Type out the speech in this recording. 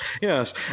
Yes